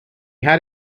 had